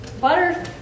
butter